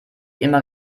immer